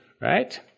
right